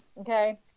Okay